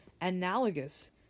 analogous